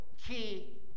Key